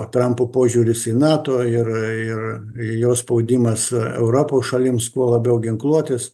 trampo požiūris į nato ir jo spaudimas europos šalims kuo labiau ginkluotis